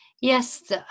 Yes